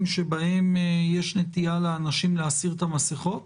שבהם יש נטייה לאנשים להסיר את המסכות?